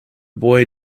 boy